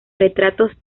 retratos